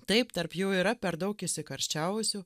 taip tarp jų yra per daug įsikarščiavusių